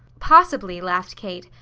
possibly, laughed kate,